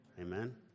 Amen